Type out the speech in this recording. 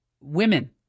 women